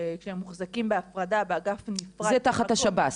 כשהם מוחזקים בהפרדה ובאגף מופרד --- זה תחת השב"ס.